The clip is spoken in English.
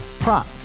Prop